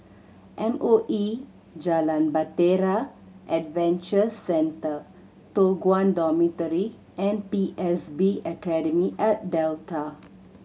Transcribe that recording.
M O E Jalan Bahtera Adventure Centre Toh Guan Dormitory and P S B Academy at Delta